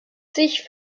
sich